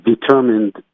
determined